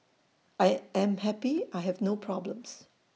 I am happy I have no problems